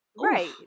right